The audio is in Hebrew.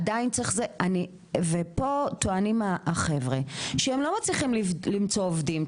עדיין צריך זה ופה טוענים החבר'ה שהם לא מצליחים למצוא עובדים,